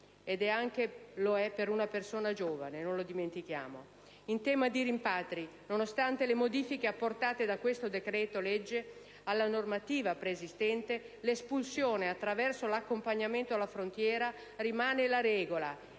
lo è anche per una persona giovane, non lo dimentichiamo. In tema di rimpatri, nonostante le modifiche apportate da questo decreto-legge alla normativa preesistente, l'espulsione attraverso l'accompagnamento alla frontiera rimane la regola